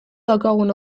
daukagun